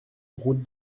route